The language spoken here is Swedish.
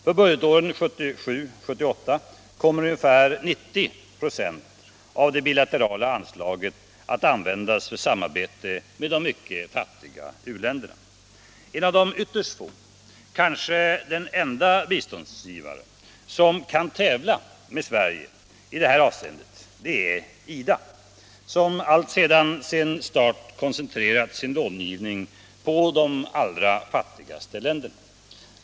För budgetåret 1977/78 kommer ungefär 90 96 av det bilaterala anslaget att användas för samarbete med de mycket fattiga u-länderna. En av de ytterst få, kanske den enda biståndsgivare som kan tävla med Sverige i detta avseende är IDA, som alltsedan sin start koncentrerat sin långivning på de allra fattigaste u-länderna.